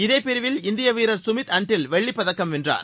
இதே பிரிவில் இந்திய வீரர் சுமித் அன்டில் வெள்ளிப்பதக்கம் வென்றார்